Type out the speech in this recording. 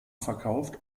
verkauft